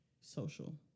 social